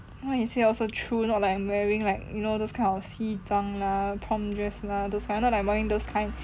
what he say also true not like I'm wearing like you know this kind of 西装 lah prom dress lah those kind not like I'm wearing those kind